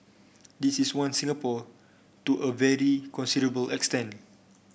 this is one Singapore to a very considerable extent